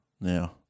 now